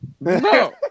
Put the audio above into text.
No